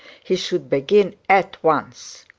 he should begin at once.